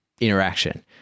interaction